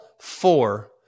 four